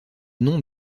nom